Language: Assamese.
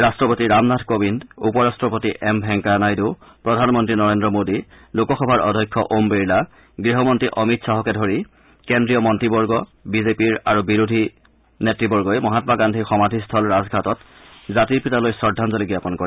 বট্টপতি ৰামনাথ কবিন্দ উপৰট্ট পতি এম ভেংকায়া নাইডু প্ৰধানমন্তী নৰেস্ৰ মেদী লোক সভাৰ অধ্যক্ষ ওম বিৰলা গৃহমন্তী অমিত খাহকে ধৰি কেন্দ্ৰীয় মন্তীবৰ্গক বিজেপিৰ আৰু বিৰোধী নেতৃবগ্হি মহামা গান্ধীৰ সমাধিস্থল ৰাজঘাটত জাতিৰ পিতালৈ শ্ৰদ্ধাঙ্গলি জাপন কৰে